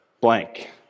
blank